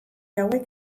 hauek